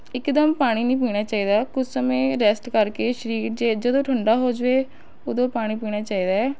ਇੱਕਦਮ ਪਾਣੀ ਨਹੀਂ ਪੀਣਾ ਚਾਹੀਦਾ ਕੁਛ ਸਮੇਂ ਰੈਸਟ ਕਰਕੇ ਸਰੀਰ ਜੇ ਜਦੋ ਠੰਡਾ ਹੋ ਜਾਵੇ ਉਦੋਂ ਪਾਣੀ ਪੀਣਾ ਚਾਹਿਦਾ ਹੈ